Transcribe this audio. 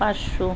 পাঁচশো